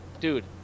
dude